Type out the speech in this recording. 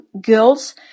girls